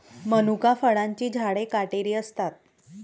मनुका फळांची झाडे काटेरी असतात